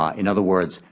um in other words,